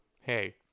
hey